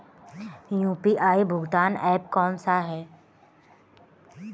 UPI भुगतान app कौन सा है?